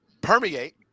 permeate